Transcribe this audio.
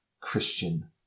Christian